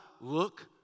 look